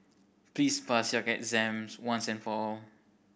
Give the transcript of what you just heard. please pass your exam once and for all